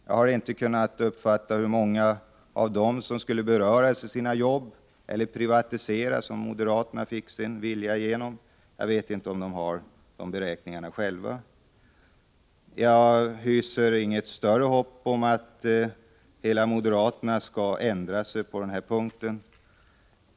Jag har inte kunnat uppfatta hur många av dem det är som skulle kunna beröras — eller privatiseras — om moderaterna fick sin vilja igenom. Inte heller vet jag om moderaterna själva har tillgång till några sådana beräkningar. Jag hyser inget större hopp om att moderaterna skall ändra sig på den punkten.